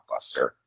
blockbuster